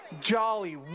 jolly